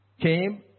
came